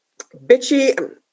bitchy